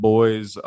Boys